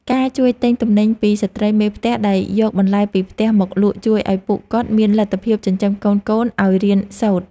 ការជួយទិញទំនិញពីស្ត្រីមេផ្ទះដែលយកបន្លែពីផ្ទះមកលក់ជួយឱ្យពួកគាត់មានលទ្ធភាពចិញ្ចឹមកូនៗឱ្យរៀនសូត្រ។